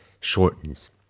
shortens